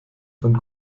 von